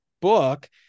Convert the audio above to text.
book